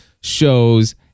shows